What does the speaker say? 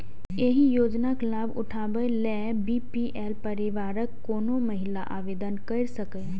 एहि योजनाक लाभ उठाबै लेल बी.पी.एल परिवारक कोनो महिला आवेदन कैर सकैए